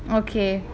okay